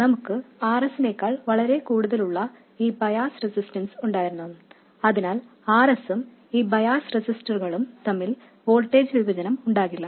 നമുക്ക് R s നേക്കാൾ വളരെ കൂടുതലുള്ള ഈ ബയസ് റെസിസ്റ്റൻസ് ഉണ്ടായിരുന്നു അതിനാൽ R s ഉം ഈ ബയസ് റെസിസ്റ്ററുകളും തമ്മിൽ വോൾട്ടേജ് വിഭജനം ഉണ്ടാകില്ല